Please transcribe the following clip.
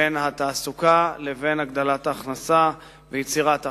בין התעסוקה לבין הגדלת ההכנסה ויצירת הכנסה.